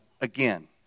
again